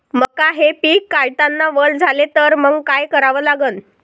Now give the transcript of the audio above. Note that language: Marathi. मका हे पिक काढतांना वल झाले तर मंग काय करावं लागन?